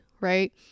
right